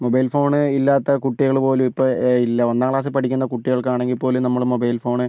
mobile phone ഇല്ലാത്ത കുട്ടികൾ പോലും ഇപ്പോൾ ഇല്ല ഒന്നാം ക്ലാസ്സിൽ പഠിക്കുന്ന കുട്ടികൾക്കാണെങ്കിൽ പോലും നമ്മൾ മൊബൈൽ ഫോൺ